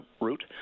route